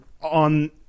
on